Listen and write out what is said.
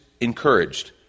Encouraged